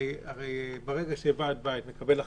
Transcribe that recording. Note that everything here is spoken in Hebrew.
הרי ברגע שוועד בית מקבל החלטה,